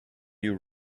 you